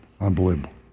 Unbelievable